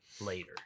Later